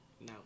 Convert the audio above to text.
No